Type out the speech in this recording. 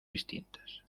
distintas